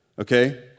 Okay